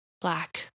black